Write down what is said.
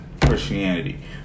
Christianity